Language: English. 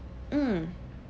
mm